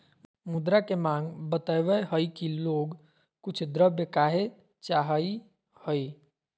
मुद्रा के माँग बतवय हइ कि लोग कुछ द्रव्य काहे चाहइ हइ